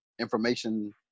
information